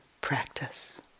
practice